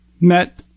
met